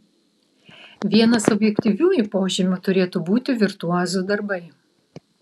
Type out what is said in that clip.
vienas objektyviųjų požymių turėtų būti virtuozų darbai